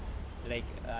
like err